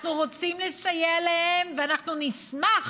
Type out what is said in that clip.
אנחנו רוצים לסייע להם, ואנחנו נשמח